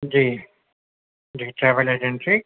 جی جی travel agency